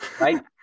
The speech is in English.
right